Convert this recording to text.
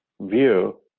view